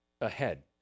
ahead